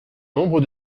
nombre